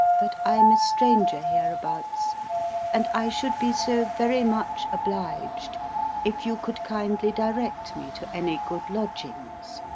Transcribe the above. but i'm a stranger hereabouts, and i should be so very much obliged if you could kindly direct me to any good lodgings.